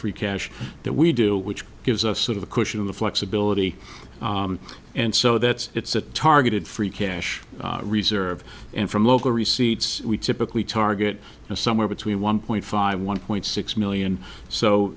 free cash that we do which gives us sort of a cushion in the flexibility and so that's it's a targeted free cash reserve and from local receipts we typically target somewhere between one point five one point six million so